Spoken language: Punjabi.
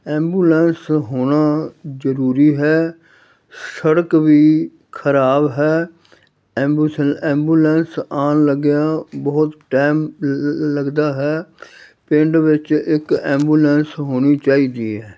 ਐਂਬੂਲੈਂਸ ਹੋਣਾ ਜ਼ਰੂਰੀ ਹੈ ਸੜਕ ਵੀ ਖਰਾਬ ਹੈ ਐਂਬੂਸ ਐਬੂਲੈਂਸ ਆਉਣ ਲੱਗਿਆਂ ਬਹੁਤ ਟਾਈਮ ਲੱਗਦਾ ਹੈ ਪਿੰਡ ਵਿੱਚ ਇੱਕ ਐਬੂਲੈਂਸ ਹੋਣੀ ਚਾਹੀਦੀ ਹੈ